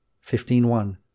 Fifteen-one